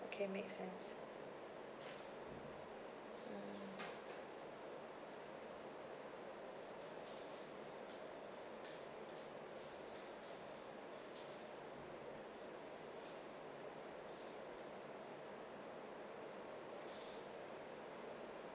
okay make sense